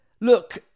Look